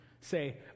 say